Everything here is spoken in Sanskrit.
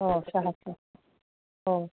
ओ सहस्रं ओ